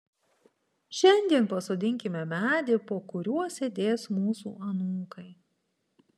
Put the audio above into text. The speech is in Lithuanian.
šiandien pasodinkime medį po kuriuo sėdės mūsų anūkai